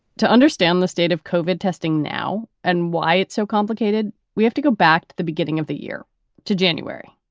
to understand the state of cauvin testing now and why it's so complicated, we have to go back to the beginning of the year to january,